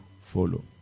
follow